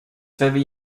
very